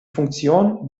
funktion